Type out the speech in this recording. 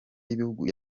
y’ibihugu